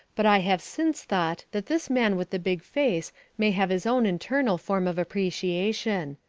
but i have since thought that this man with the big face may have his own internal form of appreciation.